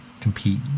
compete